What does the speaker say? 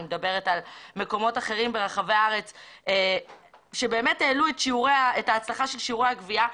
אני מדברת על מקומות אחרים ברחבי הארץ שהעלו את שיעורי הגבייה המוצלחים.